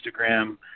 Instagram